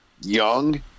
young